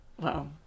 Wow